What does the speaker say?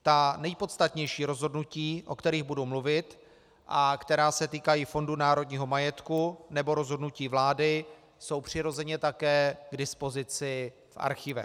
Ta nejpodstatnější rozhodnutí, o kterých budu mluvit a která se týkají Fondu národního majetku nebo rozhodnutí vlády, jsou přirozeně také k dispozici v archivech.